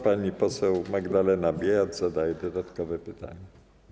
Pani poseł Magdalena Biejat zada dodatkowe pytanie.